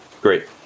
Great